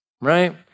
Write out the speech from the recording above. right